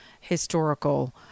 historical